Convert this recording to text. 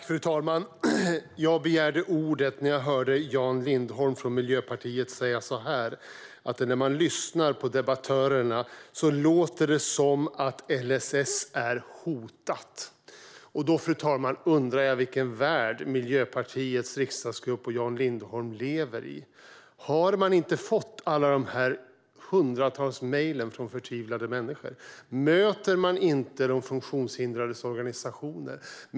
Fru talman! Jag begärde ordet när jag hörde Jan Lindholm från Miljöpartiet säga att när man lyssnar på debattörerna låter det som om LSS är hotat. Då, fru talman, undrar jag vilken värld Miljöpartiets riksdagsgrupp och Jan Lindholm lever i. Har man inte fått alla dessa hundratals mejl från förtvivlade människor? Möter man inte de funktionshindrades organisationer?